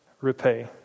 repay